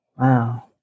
Wow